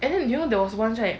and then knew there was once [right]